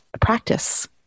practice